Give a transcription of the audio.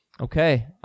Okay